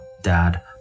dad